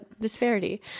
disparity